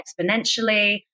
exponentially